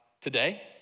today